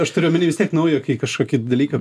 aš turiu omeny vis tiek nauja kai kažkokį dalyką